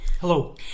Hello